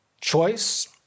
choice